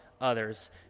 others